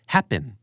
Happen